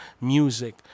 music